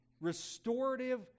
restorative